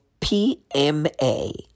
PMA